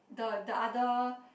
the the other